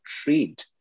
trade